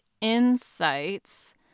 insights